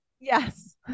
Yes